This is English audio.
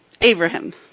Abraham